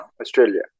Australia